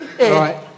right